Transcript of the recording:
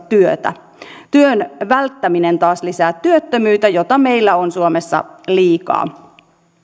työtä työn välttäminen taas lisää työttömyyttä jota meillä on suomessa liikaa